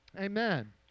Amen